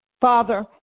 Father